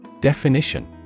Definition